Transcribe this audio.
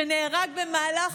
שנהרג במהלך